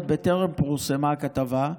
עוד בטרם פורסמה הכתבה,